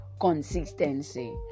consistency